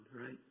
right